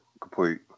complete